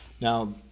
now